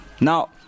now